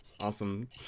awesome